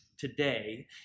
today